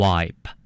Wipe